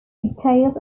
pigtails